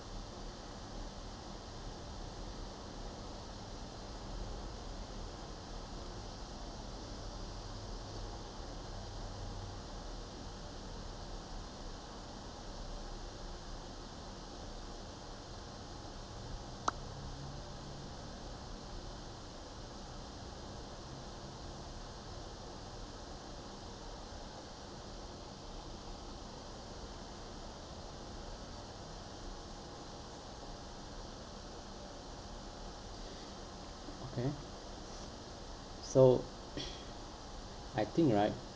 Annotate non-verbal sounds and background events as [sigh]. [breath] okay so [noise] I think right